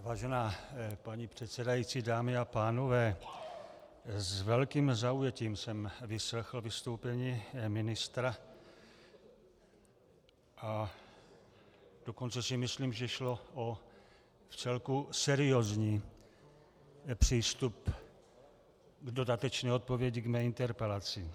Vážená paní předsedající, dámy a pánové, s velkým zaujetím jsem vyslechl vystoupení ministra, a dokonce si myslím, že šlo o vcelku seriózní přístup k dodatečné odpovědi k mé interpelaci.